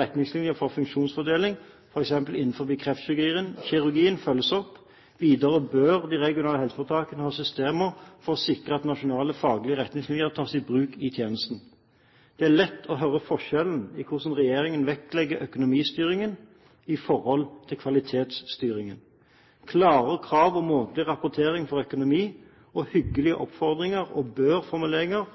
retningslinjer for funksjonsfordeling, for eksempel innen kreftkirurgien, følges opp. Videre bør de regionale helseforetakene ha systemer for å sikre at nasjonale faglige retningslinjer tas i bruk i tjenesten.» Det er lett å høre hvor forskjellig regjeringen vektlegger økonomistyringen i forhold til kvalitetsstyringen – klare krav og månedlig rapportering på økonomi og hyggelige oppfordringer og